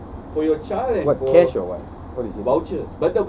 what cash or what what is it